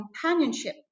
companionship